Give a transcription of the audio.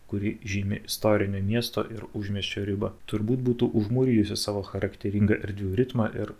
kuri žymi istorinio miesto ir užmiesčio ribą turbūt būtų užmūrijusi savo charakteringą erdvių ritmą ir